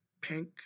pink